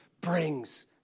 Brings